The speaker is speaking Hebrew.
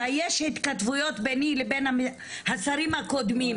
ויש התכתבויות ביני לבין השרים הקודמים.